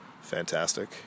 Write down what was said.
fantastic